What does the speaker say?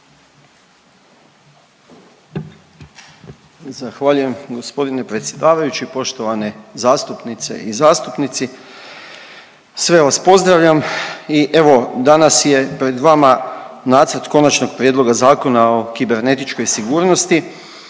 Zahvaljujem gospodine predsjedavajući. Poštovane zastupnice i zastupnici, sve vas pozdravljam i evo danas je pred vama nacrt Konačnog prijedloga Zakona o kibernetičkoj sigurnosti.